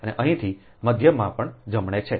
અને અહીંથી મધ્યમાં પણ જમણે છે